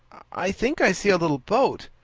i think i see a little boat,